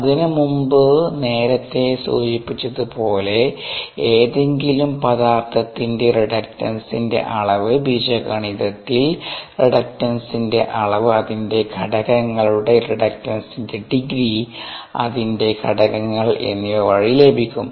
അതിനുമുമ്പ് നേരത്തെ സൂചിപ്പിച്ചതുപോലെ ഏതെങ്കിലും പദാർത്ഥത്തിന്റെ റിഡക്റ്റൻസിന്റെ അളവ് ബീജഗണിതത്തിൽ റിഡക്റ്റൻസിന്റെ അളവ് അതിന്റെ ഘടകങ്ങളുടെ റിഡക്റ്റൻസിന്റെ ഡിഗ്രി അതിന്റെ ഘടകങ്ങൾ എന്നിവ വഴി ലഭിക്കും